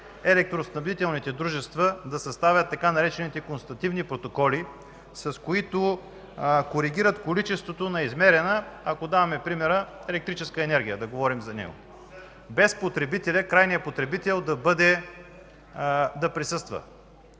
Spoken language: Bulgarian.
електроснабдителните дружества да съставят така наречените „констативни протоколи”, с които коригират количеството на измерена, ако даваме примера, електрическа енергия, да говорим за нея – без крайният потребител да присъства.